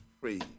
free